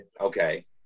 Okay